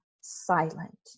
silent